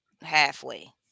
halfway